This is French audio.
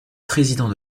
président